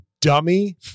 dummy